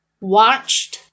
watched